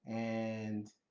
and